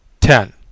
ten